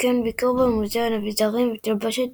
וכן ביקור במוזיאון אביזרים ותלבושות